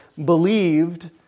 believed